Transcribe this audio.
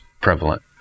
prevalent